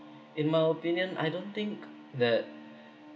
in my opinion I don't think that